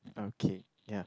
okay ya